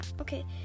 okay